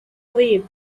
leave